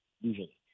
usually